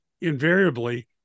invariably